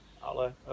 ale